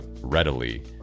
readily